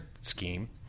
scheme